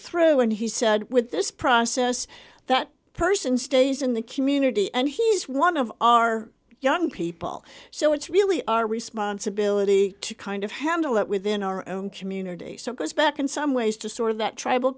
through and he said with this process that person stays in the community and he's one of our young people so it's really our responsibility to kind of handle that within our own community so goes back in some ways to sort of that tribal